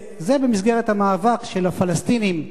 זה במסגרת המאבק של הפלסטינים,